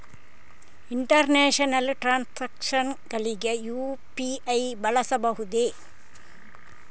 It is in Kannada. ಇಂಟರ್ನ್ಯಾಷನಲ್ ಟ್ರಾನ್ಸಾಕ್ಷನ್ಸ್ ಗಳಿಗೆ ಯು.ಪಿ.ಐ ಬಳಸಬಹುದೇ?